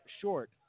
short